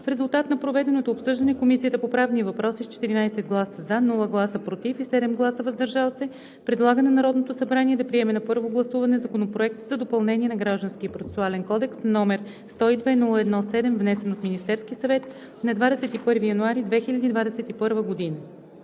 В резултат на проведеното обсъждане Комисията по правни въпроси с 14 гласа „за”, без „против“ и 7 гласа „въздържал се” предлага на Народното събрание да приеме на първо гласуване Законопроект за допълнение на Гражданския процесуален кодекс, № 102-01-7, внесен от Министерския съвет на 21 януари 2021 г.